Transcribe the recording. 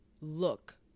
look